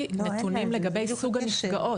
שרת ההתיישבות והמשימות